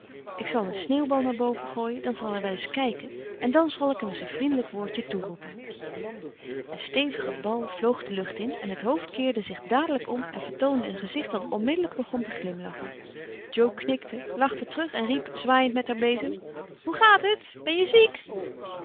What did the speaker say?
ik zal een sneeuwbal naar boven gooien dan zal hij wel eens kijken en dan zal ik hem eens een vriendelijk woordje toeroepen een stevige bal vloog de lucht in en het hoofd keerde zich dadelijk om en vertoonde een gezicht dat onmiddellijk begon te glimlachen jo knikte lachte terug en riep zwaaiend met haar bezem hoe gaat het ben je ziek